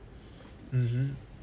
mmhmm